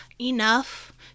enough